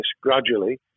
gradually